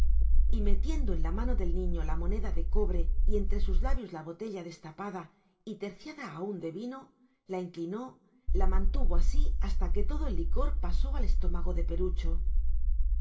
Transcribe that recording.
y metiendo en la mano del niño la moneda de cobre y entre sus labios la botella destapada y terciada aún de vino la inclinó la mantuvo así hasta que todo el licor pasó al estómago de perucho